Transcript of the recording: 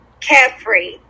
carefree